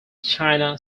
china